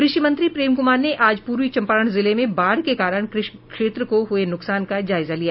कृषि मंत्री प्रेम कूमार ने आज पूर्वी चंपारण जिले में बाढ़ के कारण कृषि क्षेत्र को हुए नुकसान का जायजा लिया